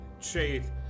chase